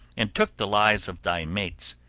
and took the lives of thy mates.